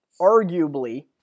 arguably